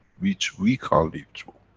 which we can't live through.